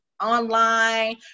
online